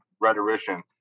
rhetorician